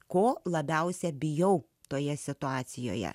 ko labiausiai bijau toje situacijoje